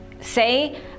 say